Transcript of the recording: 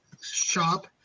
shop